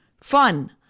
fun